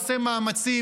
עושה מאמצים,